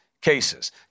cases